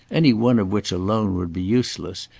any one of which alone would be useless,